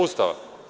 Ustava.